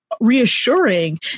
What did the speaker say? reassuring